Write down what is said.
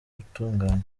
gutunganya